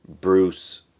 Bruce